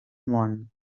món